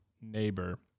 neighbor